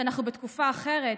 שאנחנו בתקופה אחרת,